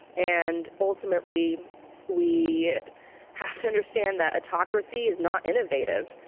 and ultimately we have to understand that autocracy is not innovative.